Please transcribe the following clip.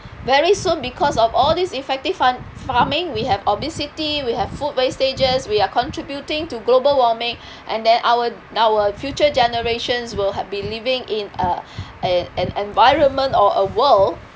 very soon because of all these effective f~ farming we have obesity we have food wastages we are contributing to global warming and then our our future generations will have be living in a uh an environment or a world